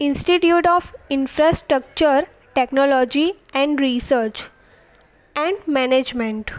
institute of infrastructure technology and research and management